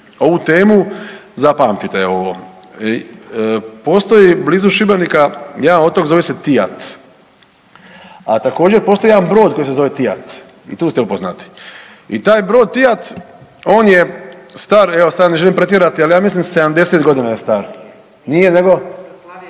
ovu temu zapamtite evo ovo. Postoji blizu Šibenika jedan otok zove se Tijat, a također postoji jedan brod koji se zove Tijat. I taj brod Tijat on je star evo sad ne želim pretjerati ali ja mislim 70 godina je star, nije nego